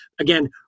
again